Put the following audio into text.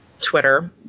Twitter